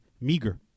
meager